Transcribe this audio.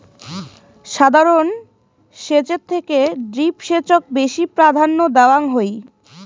সাধারণ সেচের থেকে ড্রিপ সেচক বেশি প্রাধান্য দেওয়াং হই